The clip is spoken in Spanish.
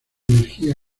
energía